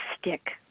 stick